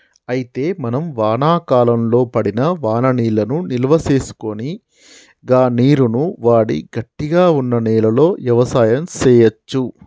అయితే మనం వానాకాలంలో పడిన వాననీళ్లను నిల్వసేసుకొని గా నీరును వాడి గట్టిగా వున్న నేలలో యవసాయం సేయచ్చు